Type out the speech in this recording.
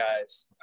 guys